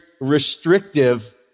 restrictive